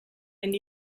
and